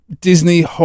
disney